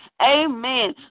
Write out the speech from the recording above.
amen